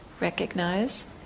recognize